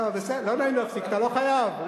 לא נעים להפסיק, אתה לא חייב.